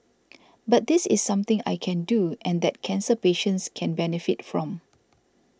but this is something I can do and that cancer patients can benefit from